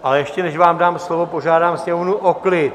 A ještě než vám dám slovo, požádám Sněmovnu o klid.